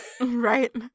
Right